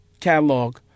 catalog